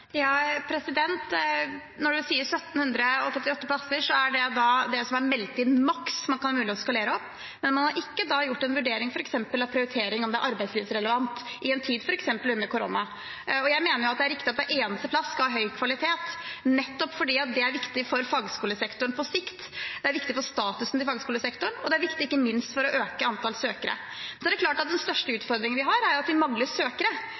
Når Marit Arnstad sier 1 738,85 plasser, er det det som er meldt inn maks, man kan eskalere opp, men man har ikke da gjort en vurdering av bl.a. om det er arbeidslivsrelevant, f.eks. i en tid under korona. Jeg mener at det er riktig at hver eneste plass skal ha høy kvalitet, nettopp fordi det er viktig for fagskolesektoren på sikt. Det er viktig for statusen i fagskolesektoren, og det er viktig ikke minst for å søke antall søkere. Den største utfordringen vi har, er at vi mangler søkere. Vi mangler 2 800 søkere til de fagskolene som er en del av Samordna opptak, og en kjempeviktig oppgave vi